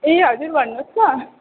ए हजुर भन्नुहोस् न